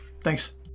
Thanks